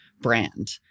brand